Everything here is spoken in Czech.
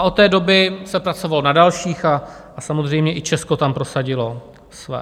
Od té doby se pracovalo na dalších a samozřejmě i Česko tam prosadilo své.